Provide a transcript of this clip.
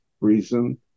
reason